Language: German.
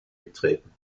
getreten